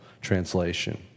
translation